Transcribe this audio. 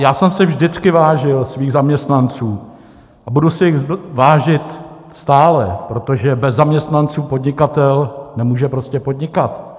Já jsem si vždycky vážil svých zaměstnanců a budu si jich vážit stále, protože bez zaměstnanců podnikatel nemůže prostě podnikat.